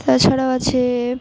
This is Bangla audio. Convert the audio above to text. তাছাড়াও আছে